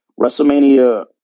WrestleMania